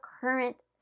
current